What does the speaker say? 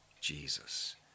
Jesus